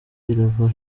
irava